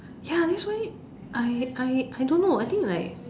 ya that's why I I I don't know I think like